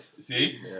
See